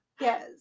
Yes